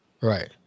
Right